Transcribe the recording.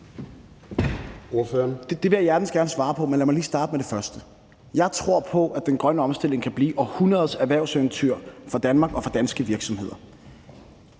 Det vil jeg hjertens gerne svare på, men lad mig lige starte med det første. Jeg tror på, at den grønne omstilling kan blive århundredets erhvervseventyr for Danmark og for danske virksomheder.